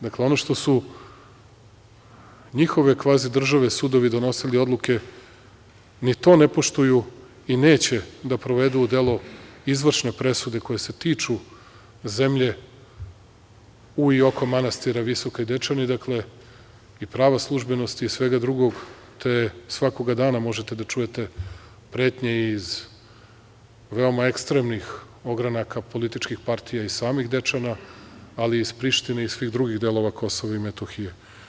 Dakle, ono što su njihove kvazi države, sudovi, donosili odluke, ni to ne poštuju i neće da provedu u delo izvršne presude koje se tiču zemlje u i oko manastira Visoki Dečani i pravoslužbenosti i svega drugog, te svakako dana možete da čujete pretnje iz veoma ekstremnih ogranaka političkih partija iz samih Dečana, ali i iz Prištine i svih drugih delova Kosova i Metohije.